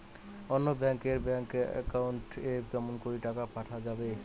অন্য ব্যাংক এর bank account এ কেমন করে টাকা পাঠা যাবে?